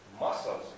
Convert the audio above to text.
muscles